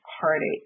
heartache